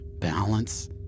balance